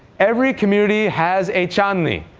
every community has a chandni.